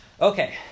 Okay